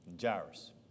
Jairus